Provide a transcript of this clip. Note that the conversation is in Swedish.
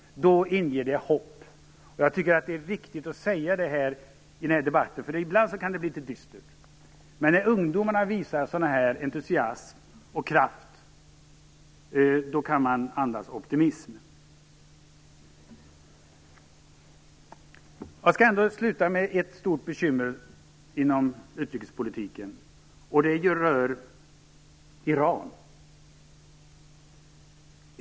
Detta inger hopp. Det är viktigt att säga det här i debatten, därför att det ibland kan bli litet dystert. Men när ungdomarna visar sådan entusiasm och kraft kan man andas optimism. Jag skall sluta med att tala om ett stort bekymmer inom utrikespolitiken. Det rör Iran.